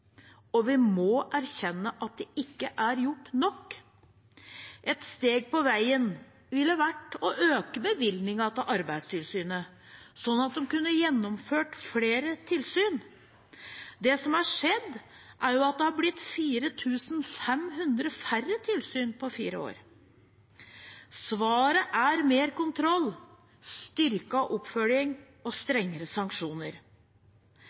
og vi må erkjenne at det ikke er gjort nok. Et steg på veien ville ha vært å øke bevilgningen til Arbeidstilsynet, sånn at de kunne ha gjennomført flere tilsyn. Det som har skjedd, er at det er blitt 4 500 færre tilsyn på fire år. Svaret er mer kontroll, styrket oppfølging og strengere sanksjoner.